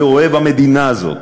ואוהב המדינה הזאת,